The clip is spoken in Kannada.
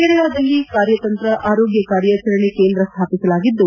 ಕೇರಳದಲ್ಲಿ ಕಾರ್ಯತಂತ್ರ ಆರೋಗ್ಯ ಕಾರ್ಯಾಚರಣೆ ಕೇಂದ್ರ ಸ್ವಾಪಿಸಲಾಗಿದ್ದು